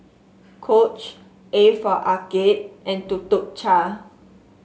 Coach A for Arcade and Tuk Tuk Cha